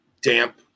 damp